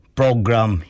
program